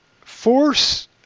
force